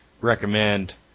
recommend